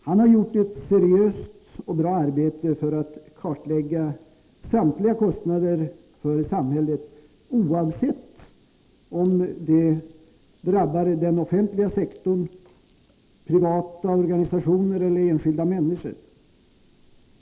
Han har gjort ett seriöst och bra arbete för att kartlägga samtliga kostnader för samhället, oavsett om de drabbar den offentliga sektorn, privata organisationer eller enskilda människor.